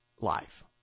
life